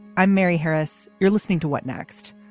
i'm mary harris. you're listening to what next.